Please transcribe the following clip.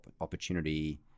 opportunity